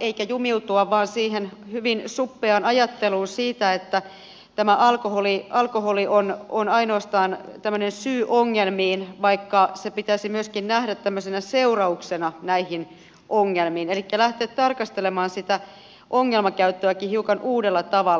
eikä jumiutua vain siihen hyvin suppeaan ajatteluun siitä että alkoholi on ainoastaan tämmöinen syy ongelmiin vaikka se pitäisi myöskin nähdä tämmöisenä seurauksena näistä ongelmista elikkä lähteä tarkastelemaan sitä ongelmakäyttöäkin hiukan uudella tavalla